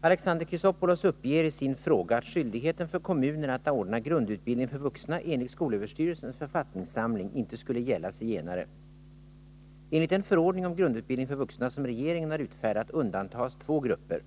Alexander Chrisopoulos uppger i sin fråga att skyldigheten för kommunernaatt ordna grundutbildning för vuxna enligt skolöverstyrelsens författningssamling inte skulle gälla zigenare. Enligt den förordning om grundutbildning för vuxna som regeringen har utfärdat undantas två grupper.